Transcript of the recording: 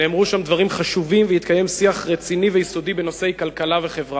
נאמרו שם דברים חשובים והתקיים שיח רציני ויסודי בנושאי כלכלה וחברה.